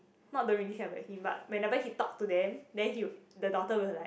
not don't really care about him but whenever he talk to them then he the daughter will like